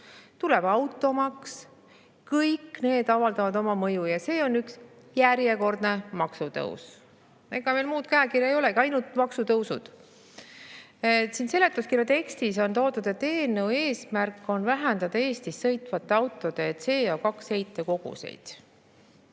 tuleb automaks. Kõik need avaldavad oma mõju. See on üks järjekordne maksutõus. Ega muud käekirja ei olegi, ainult maksutõusud. Siin seletuskirja tekstis on toodud, et eelnõu eesmärk on vähendada Eestis sõitvate autode CO2heitkoguseid.